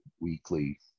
weekly